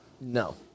no